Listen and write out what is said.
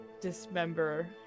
dismember